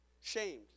shamed